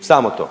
Samo to.